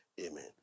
Amen